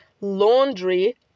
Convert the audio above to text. laundry